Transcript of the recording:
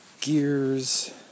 gears